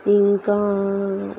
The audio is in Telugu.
ఇంకా